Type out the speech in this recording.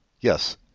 Yes